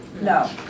No